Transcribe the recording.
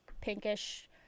pinkish